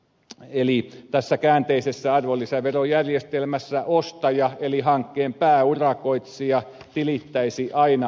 eli tässä käänteisessä arvonlisäverojärjestelmässä ostaja eli hankkeen pääurakoitsija tilittäisi aina arvonlisäveron